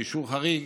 באישור חריג,